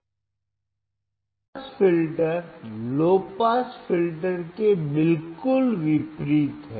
high pass filter low pass filter के बिल्कुल विपरीत है